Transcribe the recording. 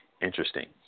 Interesting